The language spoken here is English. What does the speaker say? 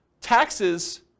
taxes